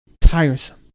tiresome